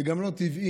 וגם לא טבעי